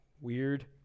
weird